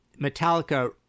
Metallica